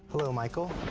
hello, michael?